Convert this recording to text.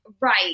Right